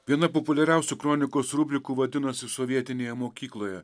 viena populiariausių kronikos rubrikų vadinosi sovietinėje mokykloje